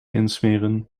insmeren